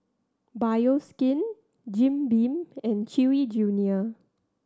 Bioskin Jim Beam and Chewy Junior